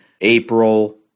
April